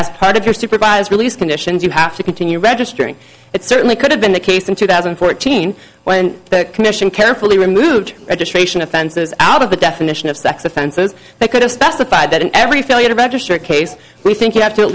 as part of your supervised release conditions you have to continue registering it certainly could have been the case in two thousand and fourteen when the commission carefully removed registration offenses out of the definition of sex offenses they could have specified that in every failure to register a case we think you have to at